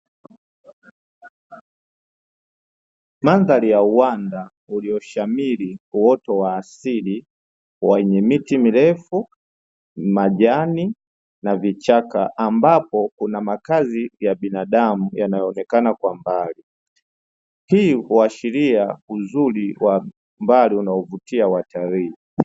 Mandhari ya uwanda ulioshamiri uoto wa asili wenye miti mirefu, majani na vichaka ambapo kuna makazi ya binadamu yanayoonekana kwa mbali. Hii huashiria uzuri wa mbali unaovutia watalii.